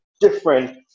different